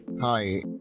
Hi